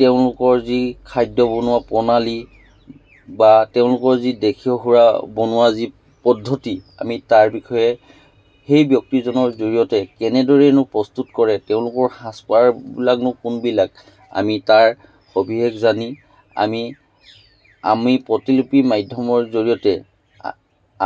তেওঁলোকৰ যি খাদ্য বনোৱা প্ৰণালী বা তেওঁলোকৰ যি দেশীয় সুৰা বনোৱা যি পদ্ধতি আমি তাৰ বিষয়ে সেই ব্যক্তিজনৰ জৰিয়তে কেনেদৰেনো প্ৰস্তুত কৰে তেওঁলোকৰ সাজ পাৰ বিলাকনো কোনবিলাক আমি তাৰ সবিশেষ জানি আমি আমি প্ৰতিলিপি মাধ্যমৰ জৰিয়তে